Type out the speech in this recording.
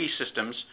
systems